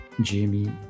Jamie